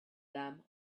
them